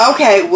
Okay